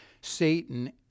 Satan